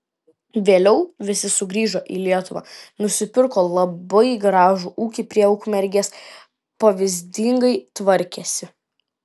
vėliau visi sugrįžo į lietuvą nusipirko labai gražų ūkį prie ukmergės pavyzdingai tvarkėsi